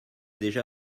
déjà